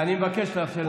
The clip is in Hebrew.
אני מבקש לאפשר לו לגמור.